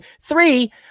Three